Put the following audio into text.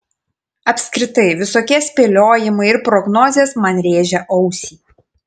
apskritai visokie spėliojimai ir prognozės man rėžia ausį